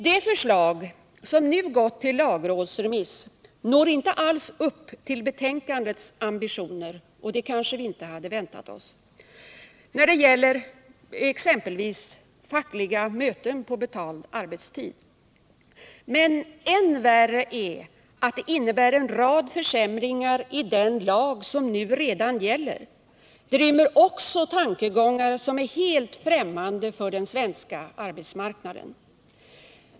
Det förslag som nu gått till lagrådsremiss når inte alls upp till betänkandets ambitioner — och det hade vi kanske inte väntat oss— när det exempelvis gäller fackliga möten på betald arbetstid. Men än värre är att det innebär en rad försämringar i den lag som nu redan gäller. Det rymmer också tankegångar som är helt främmande på svensk arbetsmarknad.